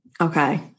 Okay